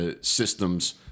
systems